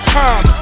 time